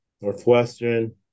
Northwestern